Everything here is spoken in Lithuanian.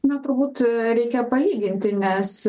na turbūt reikia palyginti nes